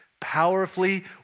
powerfully